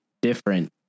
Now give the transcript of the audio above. different